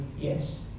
yes